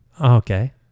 Okay